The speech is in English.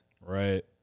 Right